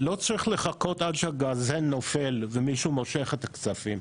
לא צריך לחכות עד שהגרזן נופל ומישהו מושך את הכספים.